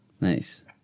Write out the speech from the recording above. Nice